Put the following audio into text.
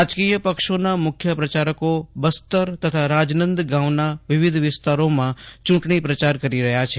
રાજકીય પક્ષોના મુખ્ય પ્રચારકો બસ્તર તથા રાજનંદગાવના વિવિધ વિસ્તારોમાં યુંટણી પ્રચાર કરી રહ્યા છે